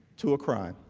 to a crime